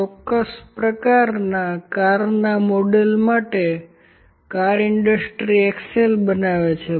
ચોક્કસ પ્રકારના કારના મોડેલ માટે કાર ઇન્ડસ્ટ્રિ એક્સેલ બનાવે છે